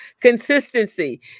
consistency